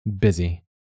Busy